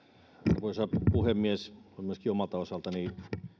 arvoisa puhemies haluan myöskin omalta osaltani